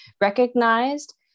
Recognized